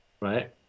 right